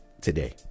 Today